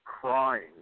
crying